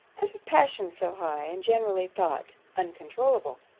and of passions so high, and generally thought uncontroulable!